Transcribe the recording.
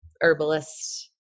herbalist